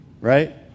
right